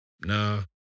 nah